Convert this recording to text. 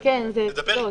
אני חושב